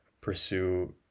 pursue